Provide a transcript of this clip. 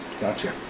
gotcha